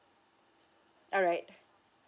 alright